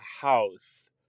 house